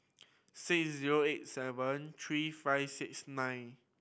six zero eight seven three five six nine